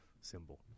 symbol